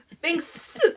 thanks